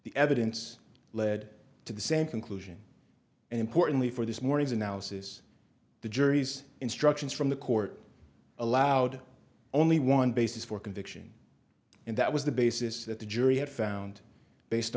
the evidence led to the same conclusion and importantly for this morning's analysis the jury's instructions from the court allowed only one basis for conviction and that was the basis that the jury had found based